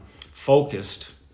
focused